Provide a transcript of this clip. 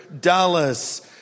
Dallas